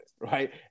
right